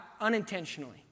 unintentionally